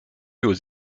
aux